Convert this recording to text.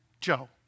Joe